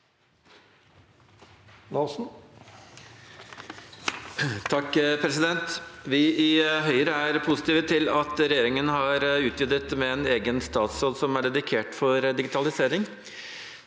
Larsen (H) Vi i Høyre er positiv til at regjeringen har utvidet med en egen statsråd som er dedikert digitalisering.